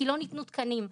כי לא ניתנו תקנים.